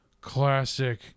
classic